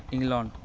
England